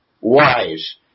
wise